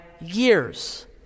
years